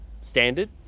standard